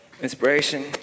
Inspiration